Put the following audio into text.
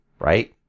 right